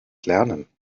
lernen